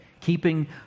Keeping